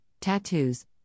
tattoos